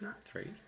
three